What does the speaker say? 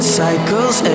cycles